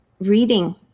reading